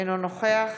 אינו נוכח